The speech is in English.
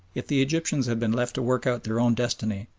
if the egyptians had been left to work out their own destiny,